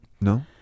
No